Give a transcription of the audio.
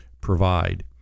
provide